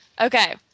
Okay